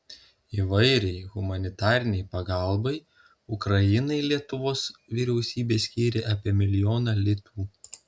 įvairiai humanitarinei pagalbai ukrainai lietuvos vyriausybė skyrė apie milijoną litų